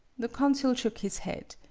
the consul shook his head.